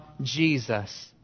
Jesus